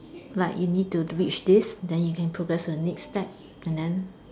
like you need to reach this and then you can progress the next step and then